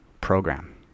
program